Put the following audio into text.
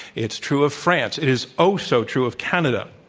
it's true of france, it is oh, so true of canada.